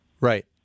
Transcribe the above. Right